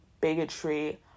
bigotry